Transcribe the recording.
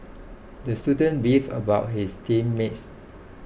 the student beefed about his team mates